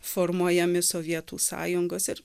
formuojami sovietų sąjungos ir